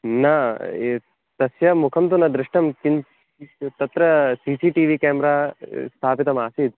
न तस्य मुखं तु न दृष्टं किं तत्र C C T V camera स्थापितमासीत्